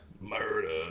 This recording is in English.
Murder